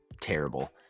terrible